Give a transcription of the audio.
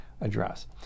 address